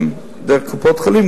דרך קופות-חולים,